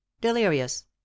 delirious